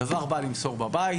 הדוור בא למסור בבית.